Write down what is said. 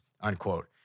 unquote